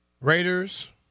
Raiders